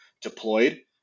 deployed